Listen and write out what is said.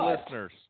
listeners